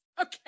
Okay